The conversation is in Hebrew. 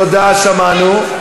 תודה רבה, שמענו.